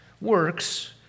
works